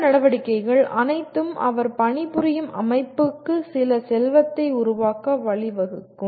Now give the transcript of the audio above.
இந்த நடவடிக்கைகள் அனைத்தும் அவர் பணிபுரியும் அமைப்புக்கு சில செல்வத்தை உருவாக்க வழிவகுக்கும்